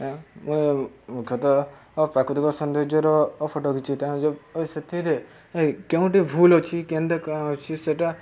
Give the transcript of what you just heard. ମୁଁ ମୁଖ୍ୟତଃ ପ୍ରାକୃତିକ ସୌନ୍ଦର୍ଯ୍ୟର ଫଟୋ ଖିଚିଥାଏ ତ ସେଥିରେ କେଉଁଟିି ଭୁଲ ଅଛି କେମିତି କାଣା ଅଛି ସେଟା